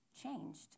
changed